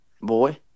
boy